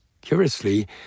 Curiously